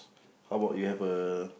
how about you have a